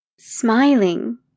Smiling